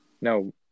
No